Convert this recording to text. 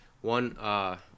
One